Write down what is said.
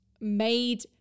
made